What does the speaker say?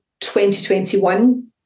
2021